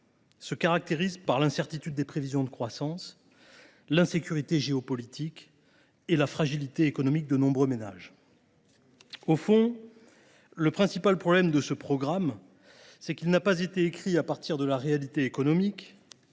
se caractérise par l’incertitude des prévisions de croissance, par l’insécurité géopolitique et par la fragilité économique de nombreux ménages. Au fond, le principal problème de ce programme est qu’il n’a pas été écrit à partir de la réalité économique,